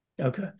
Okay